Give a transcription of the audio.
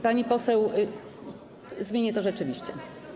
Pani poseł, zmienię to rzeczywiście.